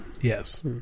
Yes